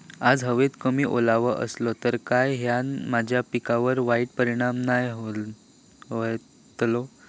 आज हवेत कमी ओलावो असतलो काय त्याना माझ्या पिकावर वाईट परिणाम नाय ना व्हतलो?